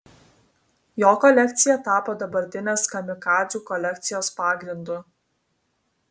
jo kolekcija tapo dabartinės kamikadzių kolekcijos pagrindu